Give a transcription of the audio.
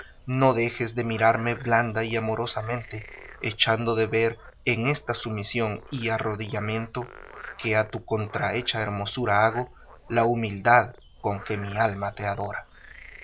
no dejes de mirarme blanda y amorosamente echando de ver en esta sumisión y arrodillamiento que a tu contrahecha hermosura hago la humildad con que mi alma